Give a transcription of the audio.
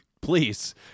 Please